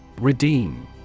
Redeem